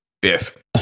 biff